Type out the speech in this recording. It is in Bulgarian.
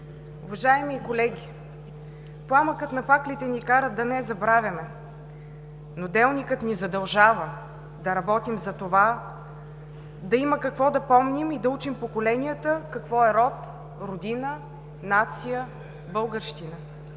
Уважаеми колеги, пламъкът на факлите ни кара да не забравяме, но делникът ни задължава да работим за това да има какво да помним и да учим поколенията какво е род, родина, нация, българщина,